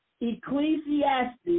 Ecclesiastes